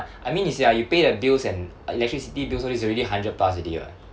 I mean it's ya you pay the bills and electricity bills all this already hundred plus already [what]